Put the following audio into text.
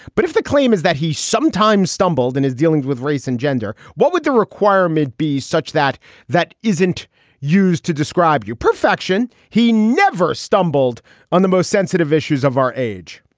but if the claim is that he sometimes stumbled in his dealings with race and gender, what would the requirement be such that that isn't used to describe your perfection? he never stumbled on the most sensitive issues of our age.